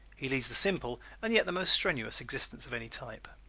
he leads the simple and yet the most strenuous existence of any type.